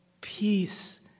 peace